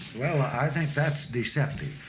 well, i think that's deceptive.